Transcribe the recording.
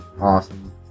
awesome